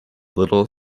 little